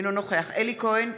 אינו נוכח אלי כהן,